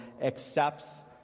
accepts